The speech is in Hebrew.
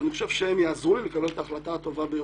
אני חושב שהם יעזרו לי לקבל את ההחלטה הטובה ביותר.